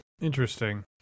Interesting